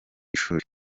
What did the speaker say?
ishuri